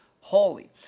holy